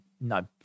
No